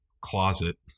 closet